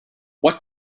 what